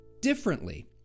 differently